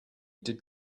did